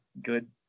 good